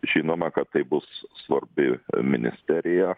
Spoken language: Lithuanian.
žinoma kad tai bus svarbi ministerija